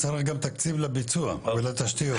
צריך גם תקציב לביצוע ולתשתיות.